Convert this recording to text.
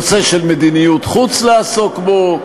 נושא של מדיניות חוץ לעסוק בו,